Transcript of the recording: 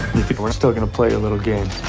you think we're still gonna play your little game?